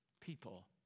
people